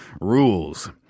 rules